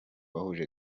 wahuje